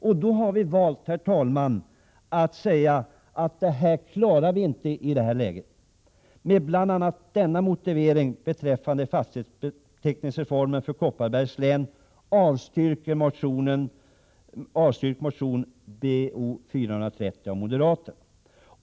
Därför har vi valt att säga att vi inte klarar av en särlösning för Dalarna. Med bl.a. denna motivering beträffande fastighetsbeteckningsreformen för Kopparbergs län avstyrker utskottet motion Bo430 av Margareta Gard.